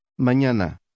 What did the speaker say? Mañana